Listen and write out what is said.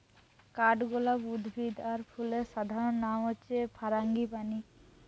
কাঠগোলাপ উদ্ভিদ আর ফুলের সাধারণ নাম হচ্ছে ফারাঙ্গিপানি